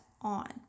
on